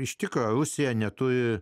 iš tikrųjų rusija neturi